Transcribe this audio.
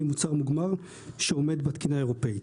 יצא מוצר מוגמר שעומד בתקינה האירופית.